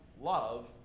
love